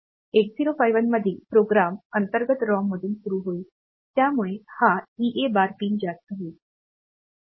8051 मधील प्रोग्राम अंतर्गत रॉममधून सुरू होईल यामुळे हा EA बार पिन जास्त असेल